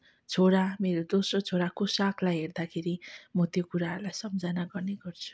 छोरा मेरो दोस्रो छोरा कुसाकलाई हेर्दाखेरि म त्यो कुराहरूलाई सम्झना गर्ने गर्छु